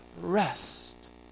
rest